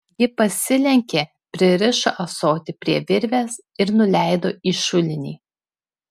ji pasilenkė pririšo ąsotį prie virvės ir nuleido į šulinį